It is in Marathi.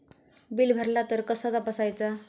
बिल भरला तर कसा तपसायचा?